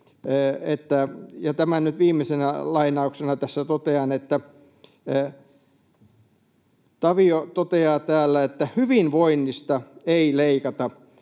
tämän nyt viimeisenä lainauksena tässä totean, että Tavio toteaa, että hyvinvoinnista ei leikata.